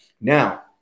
Now